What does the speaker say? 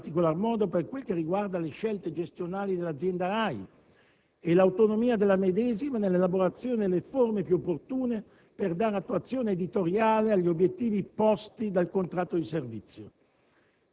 in particolar modo per quel che riguarda le scelte gestionali dell'azienda RAI e l'autonomia della medesima nell'elaborazione delle forme più opportune per dare attuazione editoriale agli obiettivi posti dal contratto di servizio.